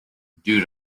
due